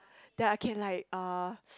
that I can like uh